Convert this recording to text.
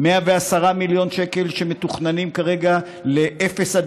110 מיליון שקל שמתוכננים כרגע לאפס ק"מ